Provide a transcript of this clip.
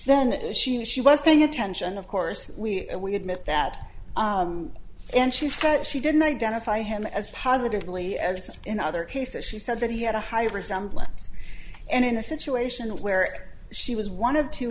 and she knew she was paying attention of course we we admit that and she's she didn't identify him as positively as in other cases she said that he had a high resemblance and in a situation where she was one of two